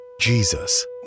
Jesus